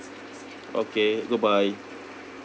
okay goodbye